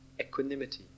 equanimity